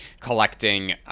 collecting